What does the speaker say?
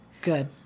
Good